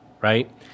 right